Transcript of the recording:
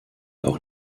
auch